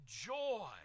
joy